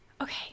Okay